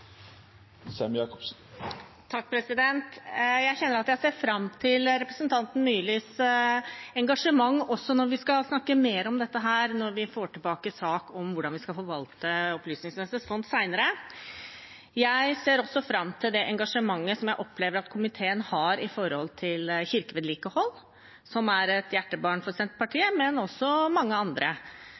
Jeg kjenner at jeg ser fram til representanten Myrlis engasjement også når vi skal snakke mer om dette når vi får tilbake sak om hvordan vi skal forvalte Opplysningsvesenets fond senere. Jeg ser også fram til det engasjementet som jeg opplever at komiteen har for kirkevedlikehold, som er et hjertebarn for Senterpartiet og også for mange andre.